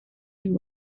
and